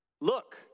Look